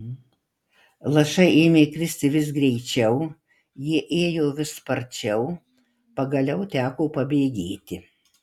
lašai ėmė kristi vis greičiau jie ėjo vis sparčiau pagaliau teko pabėgėti